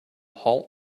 halt